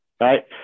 Right